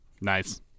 Nice